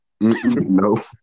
No